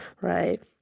right